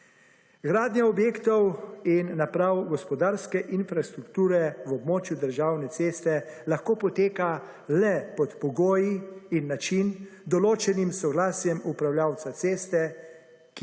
Gradnja objektov in naprav gospodarske infrastrukture v območju države ceste lahko poteka le pod pogoji in način, določenim s soglasjem upravljavca ceste,